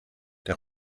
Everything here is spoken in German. der